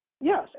Yes